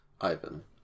Ivan